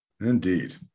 Indeed